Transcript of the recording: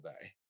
day